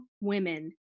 women